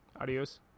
Adios